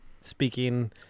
speaking